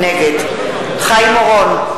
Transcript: נגד חיים אורון,